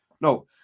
No